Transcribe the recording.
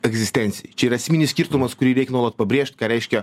egzistencijai čia yra esminis skirtumas kurį reik nuolat pabrėžt ką reiškia